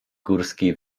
górski